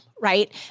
right